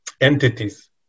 entities